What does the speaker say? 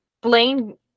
Blaine